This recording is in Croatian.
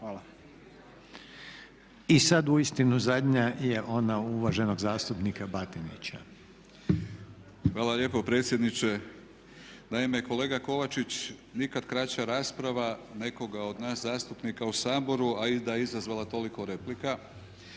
(HDZ)** I sad uistinu zadnja je ona uvaženog zastupnika Milorada Batinića. **Batinić, Milorad (HNS)** Hvala lijepo predsjedniče. Naime, kolega Kovačić nikad kraća rasprava nekoga od nas zastupnika u Saboru, a da je izazvala toliko replika.